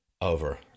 over